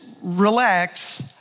relax